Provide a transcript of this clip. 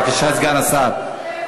בבקשה, סגן השר.